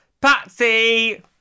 Patsy